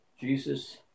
Jesus